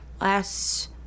last